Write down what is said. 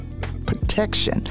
protection